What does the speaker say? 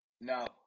no